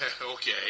Okay